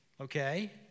okay